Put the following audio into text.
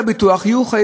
איזו התנגדות הייתה,